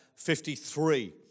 53